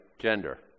Gender